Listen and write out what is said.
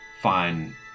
fine